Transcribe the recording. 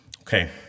Okay